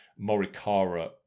Morikara